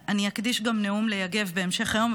אז אני אקדיש גם נאום ליגב בהמשך היום,